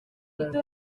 minsi